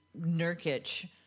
Nurkic